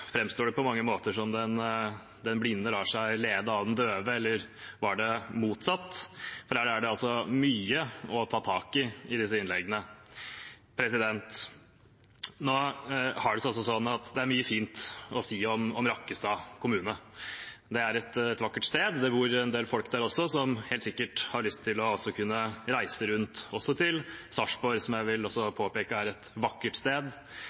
det på mange måter som om den blinde lar seg lede av den døve – eller var det motsatt – for her er det mye å ta tak i i disse innleggene. Nå har det seg også sånn at det er mye fint å si om Rakkestad kommune. Det er et vakkert sted. Det bor en del folk der som helt sikkert har lyst til å kunne reise rundt, også til Sarpsborg – som jeg også vil påpeke er et vakkert sted